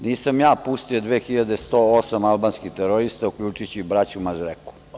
Nisam ja pustio 2.108 albanskih terorista, uključujući i braću Mazreku.